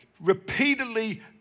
repeatedly